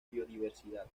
biodiversidad